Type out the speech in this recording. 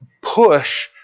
push